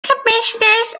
commissioners